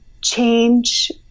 change